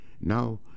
Now